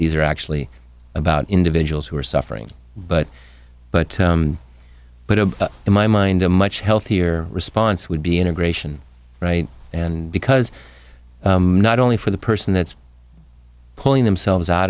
these are actually about individuals who are suffering but but in my mind a much healthier response would be integration right and because not only for the person that's pulling themselves out